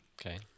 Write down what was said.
Okay